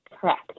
Correct